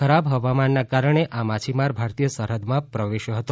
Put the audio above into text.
ખરાબ હવામાનના કારણે માછીમાર ભારતીય સરહદમાં પ્રવેશ્યો હતો